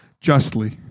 justly